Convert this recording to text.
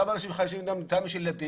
לאותם אנשים גם יש ילדים.